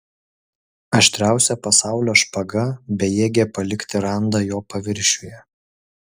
aštriausia pasaulio špaga bejėgė palikti randą jo paviršiuje